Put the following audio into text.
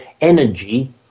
energy